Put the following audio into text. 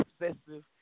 obsessive